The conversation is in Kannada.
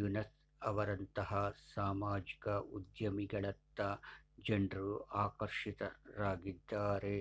ಯೂನಸ್ ಅವರಂತಹ ಸಾಮಾಜಿಕ ಉದ್ಯಮಿಗಳತ್ತ ಜನ್ರು ಆಕರ್ಷಿತರಾಗಿದ್ದಾರೆ